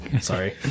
Sorry